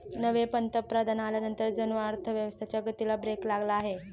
नवे पंतप्रधान आल्यानंतर जणू अर्थव्यवस्थेच्या गतीला ब्रेक लागला आहे